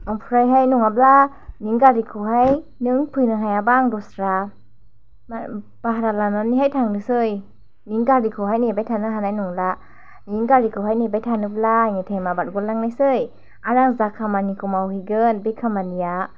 ओमफ्रायहाय नङाब्ला नोंनि गारिखौहाय नों फैनो हायाब्ला आं दस्रा बाह्रा लानानैहाय थांनोसै नोंनि गारिखौहाय नेबाय थानो हानाय नंला नोंनि गारिखौहाय नेबाय थायोब्ला आंनि टाइमआ बारग'लांनोसै आरो आं जा खामानिखौ मावहैगोन बे खामानिया